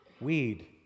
weed